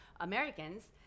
Americans